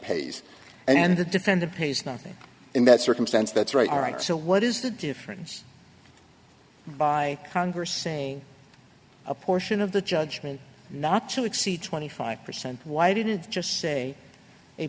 the defendant pays nothing in that circumstance that's right all right so what is the difference by congress saying a portion of the judgment not to exceed twenty five percent why didn't just say a